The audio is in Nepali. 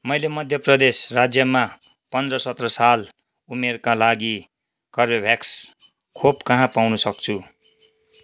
मैले मध्य प्रदेश राज्यमा पन्ध्र सत्र साल उमेरका लागि कर्बेभ्याक्स खोप कहाँ पाउन सक्छु